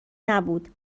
نبود